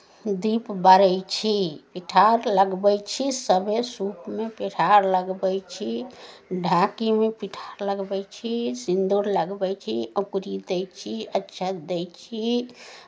दीप बारै छी पिठार लगबै छी सभे सूपमे पिठार लगबै छी ढाकीमे पिठार लगबै छी सिन्दूर लगबै छी आङ्कुरी दै छी अक्षत दै छी